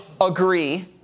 agree